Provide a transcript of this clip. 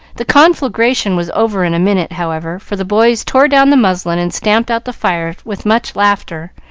the conflagration was over in a minute, however, for the boys tore down the muslin and stamped out the fire with much laughter,